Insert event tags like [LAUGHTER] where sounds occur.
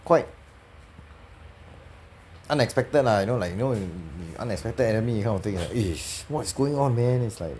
quite unexpected lah you know like you know unexpected enemy that kind of thing eh [NOISE] what's going on man it's like